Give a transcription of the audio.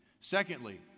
Secondly